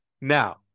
Now